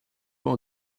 fois